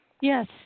Yes